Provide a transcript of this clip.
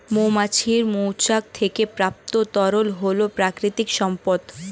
মৌমাছির মৌচাক থেকে প্রাপ্ত তরল হল প্রাকৃতিক সম্পদ